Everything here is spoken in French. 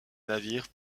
navires